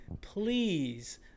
please